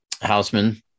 Houseman